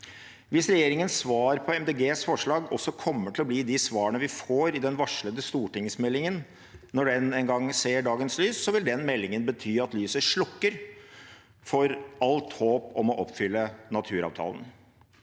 Hvis regjeringens svar på Miljøpartiet De Grønnes forslag også kommer til å bli de svarene vi får i den varslede stortingsmeldingen, når den en gang ser dagens lys, vil den meldingen bety at lyset slukker for alt håp om å oppfylle naturavtalen.